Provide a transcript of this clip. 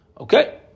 Okay